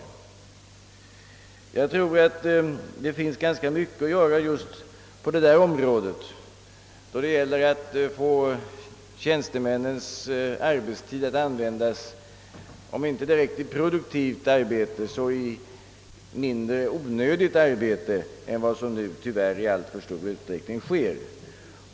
Jag tror att det finns ganska mycket att göra just på detta område för att få tjänstemännens arbetstid använd om inte direkt till produktivt arbete så i varje fall till mindre onödigt arbete än de nu tyvärr i alltför stor utsträckning utför.